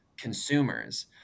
consumers